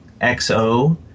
XO